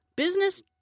Business